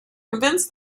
convince